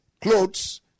clothes